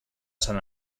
sant